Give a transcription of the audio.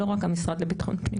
לא רק המשרד לביטחון פנים.